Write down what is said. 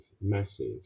massive